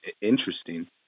interesting